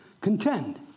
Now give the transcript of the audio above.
Contend